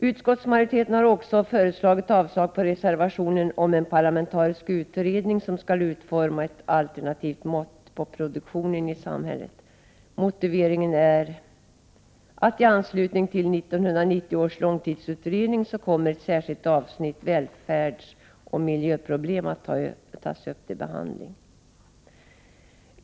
Utskottsmajoriteten har också avstyrkt förslaget om en parlamentarisk utredning som skall utforma ett alternativt mått på produktionen i samhället. Motiveringen är att i anslutning till 1990 års långtidsutredning kommer ett särskilt avsnitt om välfärd och miljöproblem att tas upp till behandling.